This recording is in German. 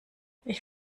ich